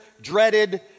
dreaded